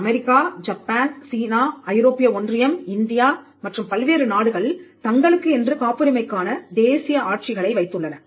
America Japan China ஐரோப்பிய ஒன்றியம் India மற்றும் பல்வேறு நாடுகள் தங்களுக்கு என்று காப்புரிமைக்கான தேசிய ஆட்சிகளை வைத்துள்ளன